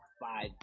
five